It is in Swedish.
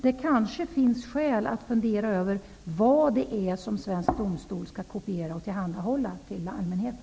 Det kanske finns skäl att fundera över vad det är som svensk domstol skall kopiera och tillhandahålla allmänheten.